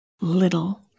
little